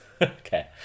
Okay